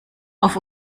auf